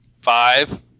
Five